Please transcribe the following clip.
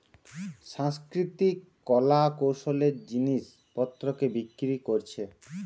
সাংস্কৃতিক কলা কৌশলের জিনিস পত্রকে বিক্রি কোরছে